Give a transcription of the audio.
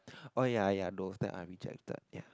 oh ya ya those that I rejected